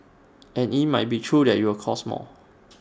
and IT might be true that IT will cost more